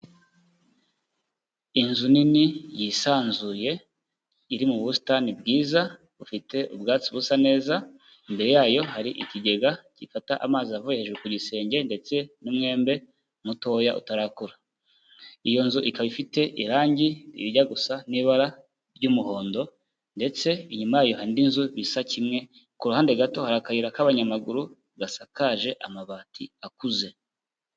Inzu nini yisanzuye iri mu busitani bwiza bufite ubwatsi busa neza, imbere yayo hari ikigega gifata amazi avuye hejuru ku gisenge ndetse n'umwembe mutoya utarakura, iyo nzu ikaba ifite irangi rijya gusa n'ibara ry'umuhondo, ndetse inyuma yayo hari indi nzu bisa kimwe, ku ruhande gato hari akayira k'abanyamaguru gasakaje amabati akuze.